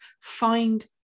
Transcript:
find